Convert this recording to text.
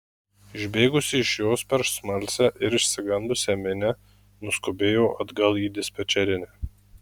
išbėgusi iš jos per smalsią ir išsigandusią minią nuskubėjo atgal į dispečerinę